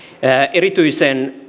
erityisen